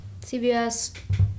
cvs